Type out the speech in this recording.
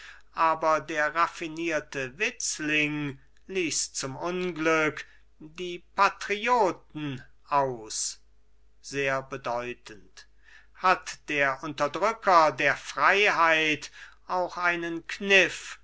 aber der raffinierte witzling ließ zum unglück die patrioten aus sehr bedeutend hat der unterdrücker der freiheit auch einen kniff